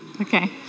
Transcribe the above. Okay